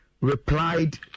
replied